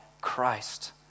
Christ